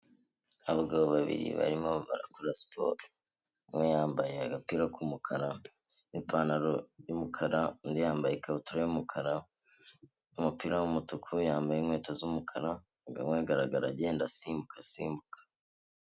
Abagabo babiri barimo barakora siporo. Umwe yambaye agapira k'umukara n'ipantaro y'umukara, undi yambaye ikabutura y'umukara, n'umupira w'umutuku, yambaye inkweto z'umukara, arimo aragaragara agenda asimbuka, asimbuka.